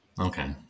Okay